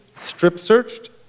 strip-searched